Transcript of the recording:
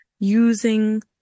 using